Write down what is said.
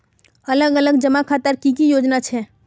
अलग अलग जमा खातार की की योजना छे?